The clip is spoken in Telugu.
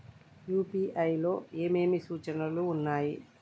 యూ.పీ.ఐ లో ఏమేమి సూచనలు ఉన్నాయి?